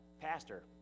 pastor